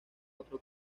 otro